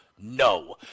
no